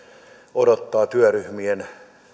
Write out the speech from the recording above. odottaa työryhmien